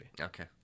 Okay